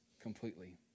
completely